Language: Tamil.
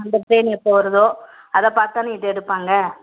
அந்த டிரெயின் எப்போது வருதோ அதை பார்த்து தான் இது எடுப்பாங்க